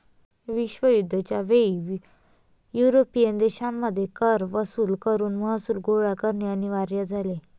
विश्वयुद्ध च्या वेळी युरोपियन देशांमध्ये कर वसूल करून महसूल गोळा करणे अनिवार्य झाले